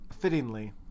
fittingly